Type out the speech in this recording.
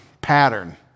pattern